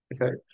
okay